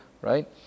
Right